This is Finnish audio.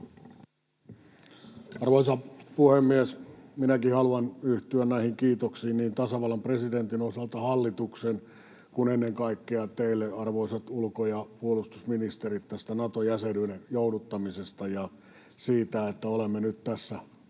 Arvoisa puhemies! Minäkin haluan yhtyä näihin kiitoksiin niin tasavallan presidentin ja hallituksen osalta kuin ennen kaikkea teille, arvoisat ulko- ja puolustusministerit, tästä Nato-jäsenyyden jouduttamisesta ja siitä, että olemme nyt tässä